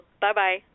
Bye-bye